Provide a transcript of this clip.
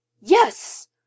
Yes